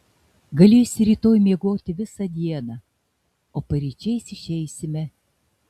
galėsi rytoj miegoti visą dieną o paryčiais išeisime